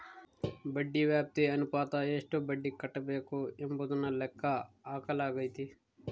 ಬಡ್ಡಿ ವ್ಯಾಪ್ತಿ ಅನುಪಾತ ಎಷ್ಟು ಬಡ್ಡಿ ಕಟ್ಟಬೇಕು ಎಂಬುದನ್ನು ಲೆಕ್ಕ ಹಾಕಲಾಗೈತಿ